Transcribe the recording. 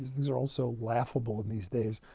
these are all so laughable in these days.